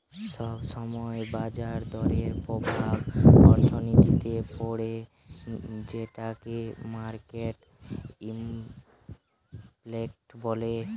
সব সময় বাজার দরের প্রভাব অর্থনীতিতে পড়ে যেটোকে মার্কেট ইমপ্যাক্ট বলে